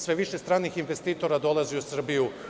Sve više stranih investitora dolazi u Srbiju.